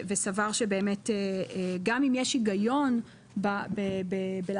וסבר שגם אם יש היגיון בלעשות